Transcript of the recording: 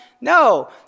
No